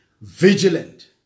vigilant